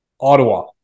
Ottawa